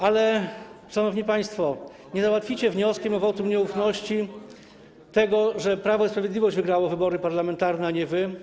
Ale, szanowni państwo, nie załatwicie wnioskiem o wotum nieufności tego, że Prawo i Sprawiedliwość wygrało wybory parlamentarne, a nie wy.